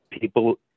people